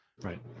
Right